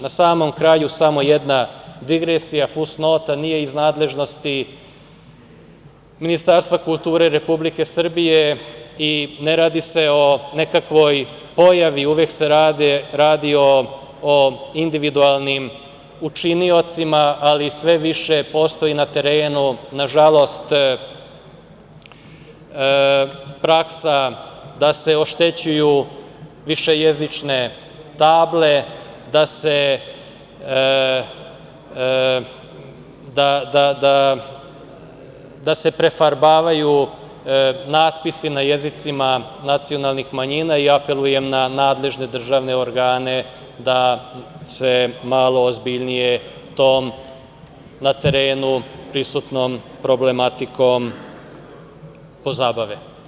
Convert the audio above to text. Na samom kraju, samo jedna digresija, fusnota, nije iz nadležnosti Ministarstva kulture Republike Srbije i ne radi se o nekakvoj pojavi, uvek se radi o individualnim počiniocima, ali sve više postoji na terenu, nažalost, praksa da se oštećuju višejezične table, da se prefarbavaju natpisi na jezicima nacionalnih manjina i apelujem na nadležne državne organe da se malo ozbiljnije tom problematikom koja je prisutna na terenu pozabave.